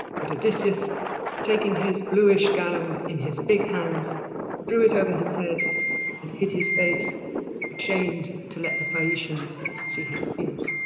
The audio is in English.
but odysseus taking his bluish gown in his big hands drew it over his head and hid his face ashamed to let the phaeacians see his tears